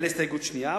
זו הסתייגות שנייה,